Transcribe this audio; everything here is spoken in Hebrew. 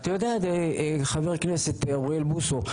חבר הכנסת אוריאל בוסו,